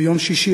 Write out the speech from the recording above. ביום שישי,